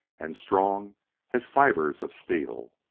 and strong as fibres of steel.